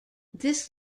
this